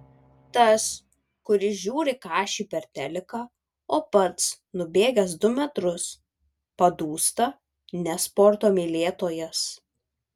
tas kuris žiūri kašį per teliką o pats nubėgęs du metrus padūsta ne sporto mylėtojas